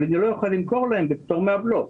אבל אני לא אוכל למכור להם בפטור מהבלו.